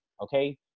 okay